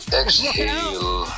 exhale